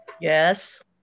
yes